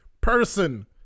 person